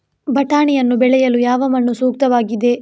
ಬಟಾಣಿಯನ್ನು ಬೆಳೆಯಲು ಯಾವ ಮಣ್ಣು ಸೂಕ್ತವಾಗಿದೆ?